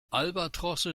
albatrosse